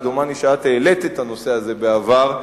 ודומני שאת העלית את הנושא הזה בעבר,